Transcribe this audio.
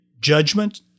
judgment